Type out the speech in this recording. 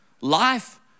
Life